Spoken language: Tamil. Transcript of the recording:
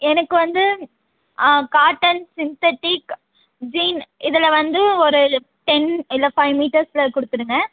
எனக்கு வந்து காட்டன் சிந்தட்டிக் ஜீன் இதில் வந்து ஒரு டென் இல்லை ஃபைவ் மீட்டர்ஸ்சில் கொடுத்துடுங்க